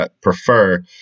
prefer